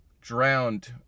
drowned